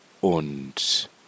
und